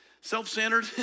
self-centered